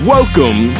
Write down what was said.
Welcome